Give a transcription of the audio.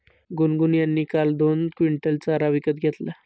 गुनगुन यांनी काल दोन क्विंटल चारा विकत घेतला